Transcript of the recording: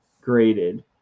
graded